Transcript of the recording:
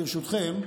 ברשותכם,